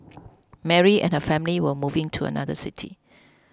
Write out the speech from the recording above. Mary and her family were moving to another city